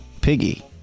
Piggy